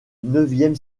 neuvième